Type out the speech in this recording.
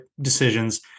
decisions